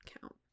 count